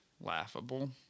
laughable